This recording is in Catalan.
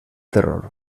terror